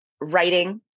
writing